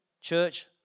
Church